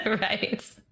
Right